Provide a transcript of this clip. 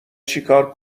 چیکار